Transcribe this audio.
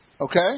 Okay